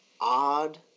odd